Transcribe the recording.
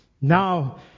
now